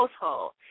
household